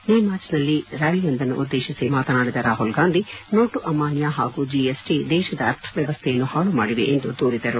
ನೀಮಾಚ್ನಲ್ಲಿ ರ್ಡಾಲಿಯೊಂದನ್ನುದ್ದೇಶಿಸಿ ಮಾತನಾಡಿದ ರಾಹುಲ್ ಗಾಂಧಿ ನೋಟು ಅಮಾನ್ಹ ಹಾಗೂ ಜಿಎಸ್ಟ ದೇಶದ ಅರ್ಥ ವ್ಚವಸ್ಥೆಯನ್ನು ಹಾಳು ಮಾಡಿವೆ ಎಂದು ದೂರಿದರು